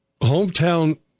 hometown